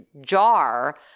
jar